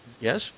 Yes